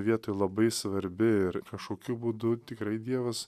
vietoj labai svarbi ir kašokiu būdu tikrai dievas